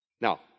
Now